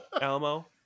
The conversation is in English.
Elmo